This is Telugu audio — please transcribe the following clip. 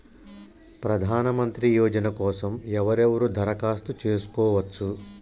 ప్రధానమంత్రి యోజన కోసం ఎవరెవరు దరఖాస్తు చేసుకోవచ్చు?